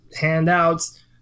handouts